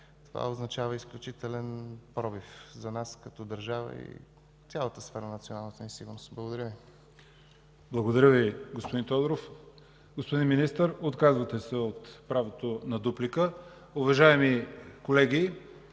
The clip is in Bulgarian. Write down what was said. това означава изключителен пробив за нас като държава и цялата сфера на националната ни сигурност. Благодаря Ви. ПРЕДСЕДАТЕЛ ЯВОР ХАЙТОВ: Благодаря Ви, господин Тодоров. Господин Министър? Отказвате се от правото на дуплика. Уважаеми колеги,